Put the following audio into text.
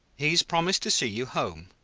he's promised to see you home.